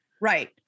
right